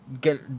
get